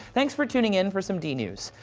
thanks for tuning in for some dnews.